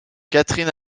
catherine